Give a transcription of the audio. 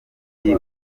mujyi